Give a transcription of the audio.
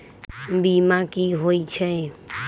बीमा कि होई छई?